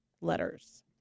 letters